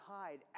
hide